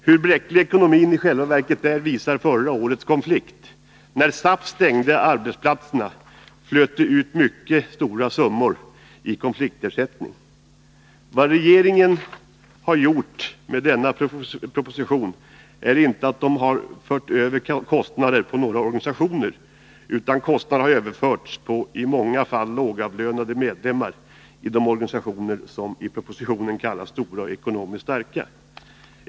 Hur bräcklig ekonomin i själva verket är visar förra årets konflikt. När SAF stängde arbetsplatserna flöt det ut stora summor i konfliktersättning. Regeringen har med denna proposition inte fört över kostnader på några organisationer, utan kostnaderna har lagts på i många fall lågavlönade medlemmar i de organisationer som i propositionen kallas stora och ekonomiskt starka.